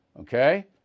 Okay